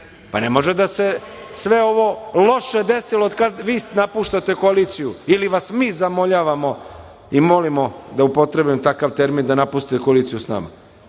Pa, ne može da se sve ovo loše desilo od kada vi napuštate koaliciju ili vas mi zamoljavamo i molimo, da upotrebim takav termin, da napustite koaliciju. Pa,